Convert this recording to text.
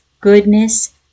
goodness